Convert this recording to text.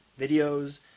videos